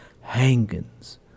hangings